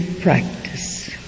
practice